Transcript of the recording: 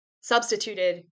substituted